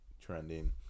trending